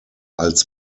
als